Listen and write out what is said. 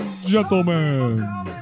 gentlemen